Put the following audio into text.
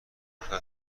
امریکا